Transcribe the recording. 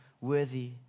worthy